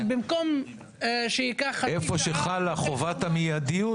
אבל במקום שייקח חצי שעה --- איפה שחלה חובת המידיות,